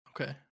okay